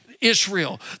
Israel